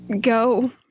go